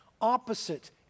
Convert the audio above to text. opposite